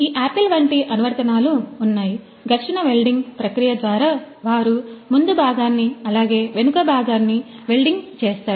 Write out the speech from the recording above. ఈ ఆపిల్ వంటి అనువర్తనాలు ఉన్నాయి ఘర్షణ వెల్డింగ్ ప్రక్రియ ద్వారా వారు ముందు భాగాన్ని అలాగే వెనుక భాగాన్ని వెల్డింగ్ చేస్తారు